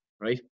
Right